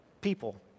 people